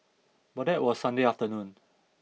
but that was Sunday afternoon